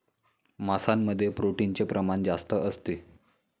मांसामध्ये प्रोटीनचे प्रमाण जास्त असते